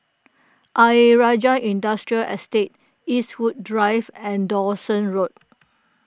Ayer Rajah Industrial Estate Eastwood Drive and Dawson Road